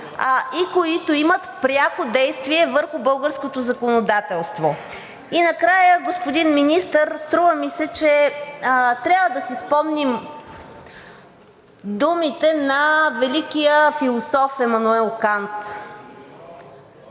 и които имат пряко действие върху българското законодателство. И накрая, господин Министър, струва ми се, че трябва да си спомним думите на великия философ Имануел Кант.